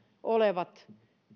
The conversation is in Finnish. olevat